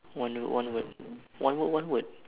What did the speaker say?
one word one word one word one word